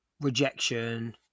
rejection